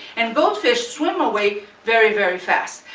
and gold fish swim away very, very fast.